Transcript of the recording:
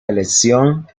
elección